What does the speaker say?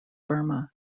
burma